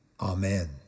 Amen